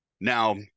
Now